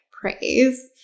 praise